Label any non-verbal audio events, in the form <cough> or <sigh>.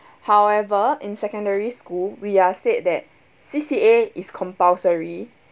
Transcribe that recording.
<breath> however in secondary school we uh said that C_C_A is compulsory